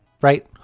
right